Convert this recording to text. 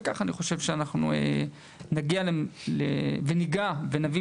וככה אני חושב שאנחנו נגיע וניגע ונביא